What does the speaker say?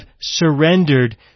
surrendered